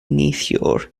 neithiwr